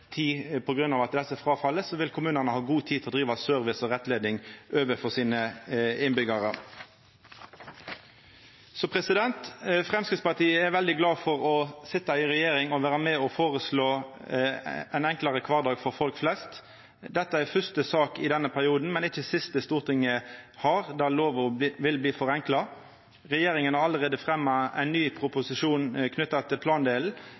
tid til å driva med service og rettleiing overfor innbyggjarane sine. Framstegspartiet er veldig glad for å sitja i regjering og å vera med på å føreslå ein enklare kvardag for folk flest. Dette er den fyrste saka – men ikkje den siste – i denne perioden der Stortinget behandlar lovar som skal forenklast. Regjeringa har allereie fremja ein ny proposisjon knytt til